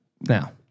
now